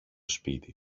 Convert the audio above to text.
σπίτι